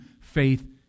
faith